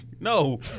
No